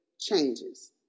changes